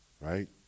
right